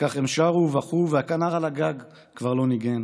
כך הם שרו ובכו והכנר על הגג כבר לא ניגן